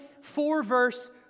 four-verse